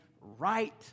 right